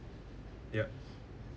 ya